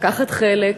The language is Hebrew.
לקחת חלק,